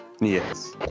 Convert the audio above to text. Yes